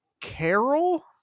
Carol